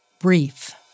brief